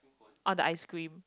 on the ice cream